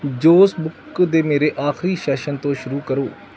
ਜੋਸ book ਦੇ ਮੇਰੇ ਆਖਰੀ ਸੈਸ਼ਨ ਤੋਂ ਸ਼ੁਰੂ ਕਰੋ